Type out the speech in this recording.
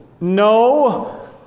No